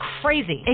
crazy